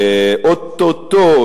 ואו-טו-טו,